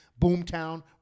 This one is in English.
Boomtown